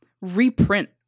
reprint